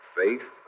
faith